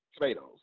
tomatoes